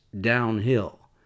downhill